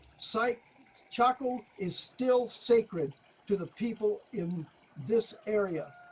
site chaco is still sacred to the people in this area,